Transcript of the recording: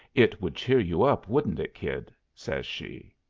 it would cheer you up, wouldn't it, kid? says she.